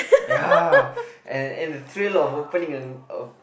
ya and and the thrill of opening an